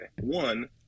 one